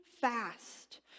fast